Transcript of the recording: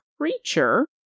creature